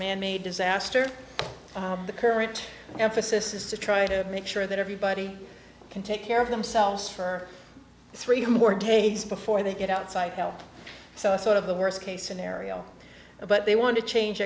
manmade disaster the current emphasis is to try to make sure that everybody can take care of themselves for three more days before they get outside help so it's sort of the worst case scenario but they want to change